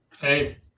Hey